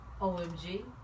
OMG